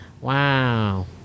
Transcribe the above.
Wow